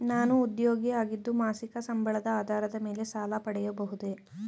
ನಾನು ಉದ್ಯೋಗಿ ಆಗಿದ್ದು ಮಾಸಿಕ ಸಂಬಳದ ಆಧಾರದ ಮೇಲೆ ಸಾಲ ಪಡೆಯಬಹುದೇ?